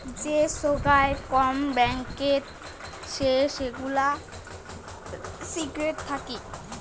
যে সোগায় কম ব্যাঙ্কতে সে সেগুলা সিক্রেট থাকি